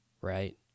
right